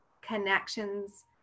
connections